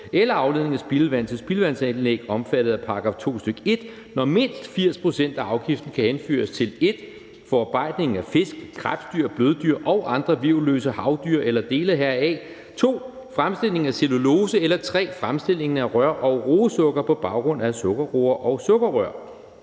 eller afledning af spildevand til spildevandsanlæg omfattet af § 2, stk. 1, når mindst 80 pct. af afgiften kan henføres til 1) forarbejdningen af fisk, krebsdyr, bløddyr og andre hvirvelløse havdyr eller dele heraf eller 2) fremstillingen af cellulose eller 3) fremstillingen af rør- og roesukker på baggrund af sukkerroer og sukkerrør.«